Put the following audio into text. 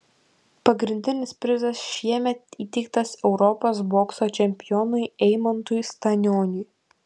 pagrindinis prizas šiemet įteiktas europos bokso čempionui eimantui stanioniui